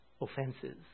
offenses